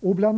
Bl.